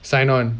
sign on